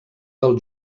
del